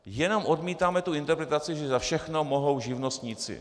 Jenom odmítáme tu interpretaci, že za všechno mohou živnostníci.